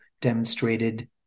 demonstrated